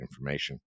information